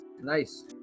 Nice